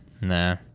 Nah